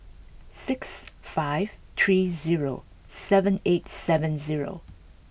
six five three zero seven eight seven zero